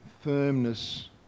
firmness